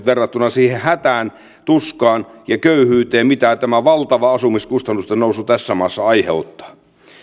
verrattuna siihen hätään tuskaan ja köyhyyteen mitä tämä valtava asumiskustannusten nousu tässä maassa aiheuttaa